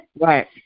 right